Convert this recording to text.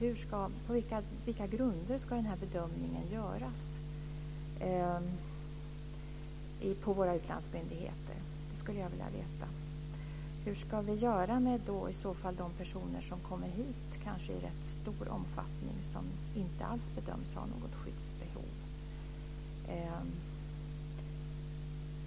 På vilka grunder ska den här bedömningen göras på våra utlandsmyndigheter? Det skulle jag vilja veta. Hur ska vi i så fall göra med de personer som kommer hit, kanske i rätt stor omfattning, som inte alls bedöms ha något skyddsbehov?